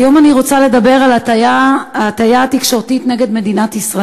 היום אני רוצה לדבר על ההטיה התקשורתית נגד ישראל.